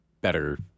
better